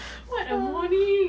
what a morning